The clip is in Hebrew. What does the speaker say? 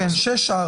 נכון.